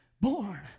born